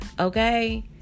okay